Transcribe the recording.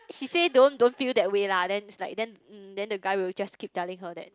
she say don't don't feel that way lah then it's like then then the guy will just keep telling her that